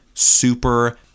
super